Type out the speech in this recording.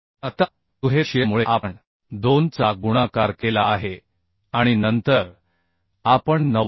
आता दुहेरी शिअर मुळे आपण 2 चा गुणाकार केला आहे आणि नंतर आपण 90